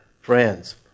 friends